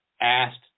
asked